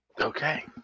Okay